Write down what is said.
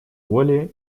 воли